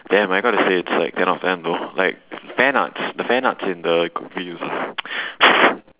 damn I got to say it's like ten out of ten though like fan arts the fan arts in the videos ah